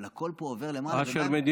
אבל הכול פה עובר למעלה, של מדינה.